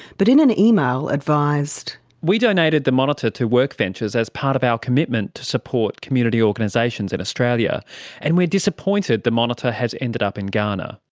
but in an email advised reading we donated the monitor to workventures as part of our commitment to support community organisations in australia and we're disappointed the monitor has ended up in ghana.